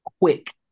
quick